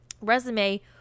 resume